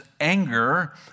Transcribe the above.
anger